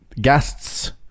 Guests